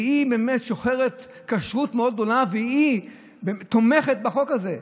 והיא באמת שוחרת כשרות מאוד גדולה והיא תומכת בחוק הזה.